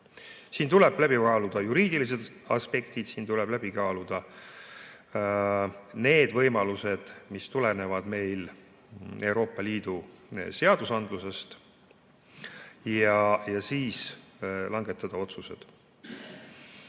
Siin tuleb läbi kaaluda juriidilised aspektid, siin tuleb läbi kaaluda need võimalused, mis tulenevad meil Euroopa Liidu seadusandlusest, ja siis langetada otsused.